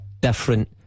different